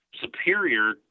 superior